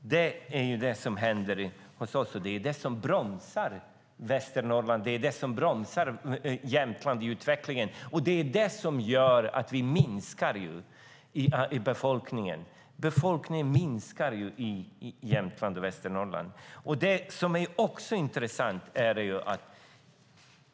Detta är alltså vad som händer hos oss. Det är det som bromsar utvecklingen i Västernorrland och i Jämtland, och det är det som gör att befolkningen i Jämtland och i Västernorrland minskar.